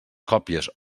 còpies